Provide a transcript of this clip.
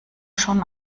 schon